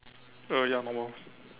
uh ya normal